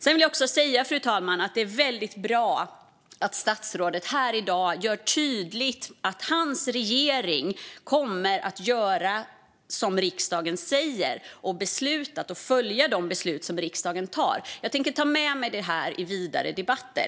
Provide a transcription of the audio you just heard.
Jag vill också säga att det är väldigt bra att statsrådet här i dag gör tydligt att hans regering kommer att följa de beslut som riksdagen tar. Jag tänker ta med mig det till vidare debatter.